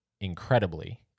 incredibly